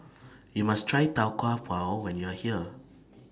YOU must Try Tau Kwa Pau when YOU Are here